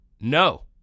no